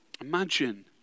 Imagine